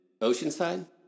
Oceanside